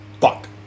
fuck